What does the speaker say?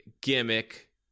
gimmick